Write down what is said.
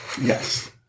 Yes